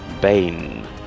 Bane